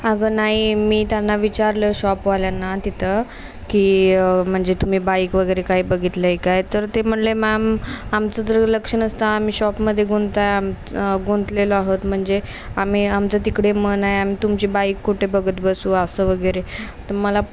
अगं नाही मी त्यांना विचारलं शॉपवाल्यांना तिथं की म्हणजे तुम्ही बाईक वगैरे काही बघितलं आहे काय तर ते म्हणले मॅम आमचं जर लक्ष नसतं आम्ही शॉपमध्ये गुंत आहे आम्ही गुंतलेलं आहोत म्हणजे आम्ही आमचं तिकडे मन आहे आम्ही तुमची बाईक कुठे बघत बसू असं वगैरे तर मला